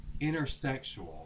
intersexual